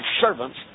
servants